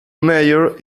major